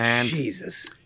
Jesus